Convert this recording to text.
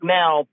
now